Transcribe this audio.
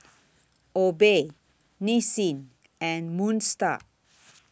Obey Nissin and Moon STAR